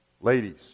Ladies